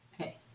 Okay